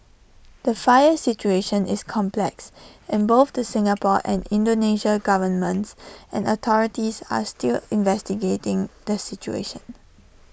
the fire situation is complex and both the Singapore and Indonesia governments and authorities are still investigating the situation